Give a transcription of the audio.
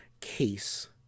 case